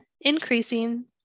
increasing